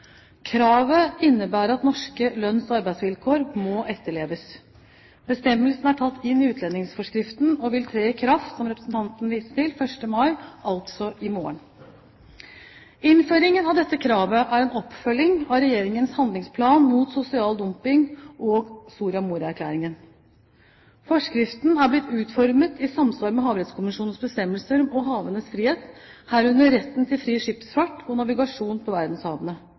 Kravet innebærer at norske lønns- og arbeidsvilkår må etterleves. Bestemmelsen er tatt inn i utlendingsforskriften og vil, som representanten viste til, tre i kraft 1. mai, altså i morgen. Innføringen av dette kravet er en oppfølging av Regjeringens handlingsplan mot sosial dumping og Soria Moria-erklæringen. Forskriften er blitt utformet i samsvar med Havrettskonvensjonens bestemmelser om havenes frihet, herunder retten til fri skipsfart og navigasjon på verdenshavene.